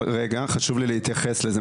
אבל רגע, חשוב לי להתייחס לזה.